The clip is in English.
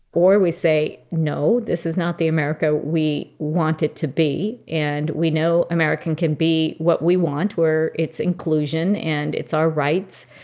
or we say, no, this is not the america we want it to be. and we know america can be what we want, where it's inclusion and it's our rights.